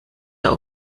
der